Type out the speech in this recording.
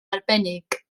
arbennig